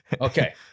Okay